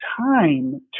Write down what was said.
time